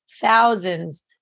thousands